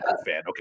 okay